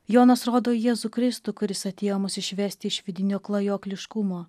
jonas rodo į jėzų kristų kuris atėjo mus išvesti iš vidinio klajokliškumo